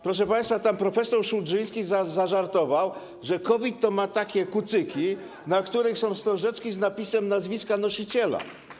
Proszę państwa, tam prof. Szułdrzyński zażartował, że COVID ma takie kucyki, na których są wstążeczki z napisanym nazwiskiem nosiciela.